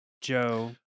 Joe